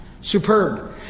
superb